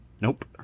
Nope